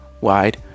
Wide